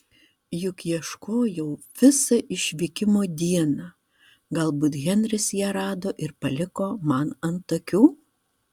juk ieškojau visą išvykimo dieną galbūt henris ją rado ir paliko man ant akių